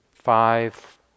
five